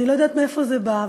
אני לא יודעת מאיפה זה בא,